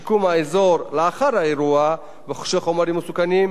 מסוכנים יישארו בסמכות המשרד להגנת הסביבה.